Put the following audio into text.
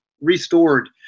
restored